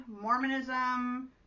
Mormonism